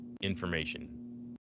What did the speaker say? information